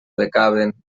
becaven